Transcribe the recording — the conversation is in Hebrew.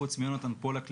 חוץ מיונתן פולק,